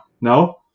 No